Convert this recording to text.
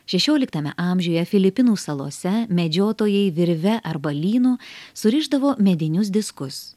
šešioliktame amžiuje filipinų salose medžiotojai virve arba lynu surišdavo medinius diskus